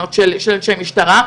לראיונות של אנשי משטרה,